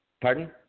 Pardon